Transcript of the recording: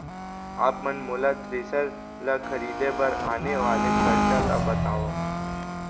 आप मन मोला थ्रेसर ल खरीदे बर आने वाला खरचा ल बतावव?